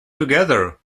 together